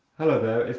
hello,